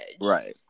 Right